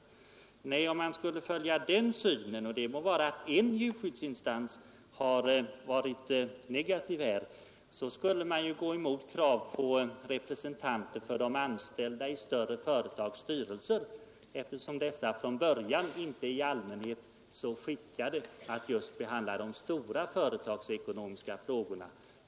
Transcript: Skulle man följa den principiella syn som herr Hansson i Skegrie själv tycks ha — det må vara att en djurskyddsinstans har varit negativt inställd — så skulle man också gå emot krav på representanter för de anställda i större företags styrelser, eftersom dessa från början inte i allmänhet är särskild skickade att behandla just de stora företagsekonomiska frågorna.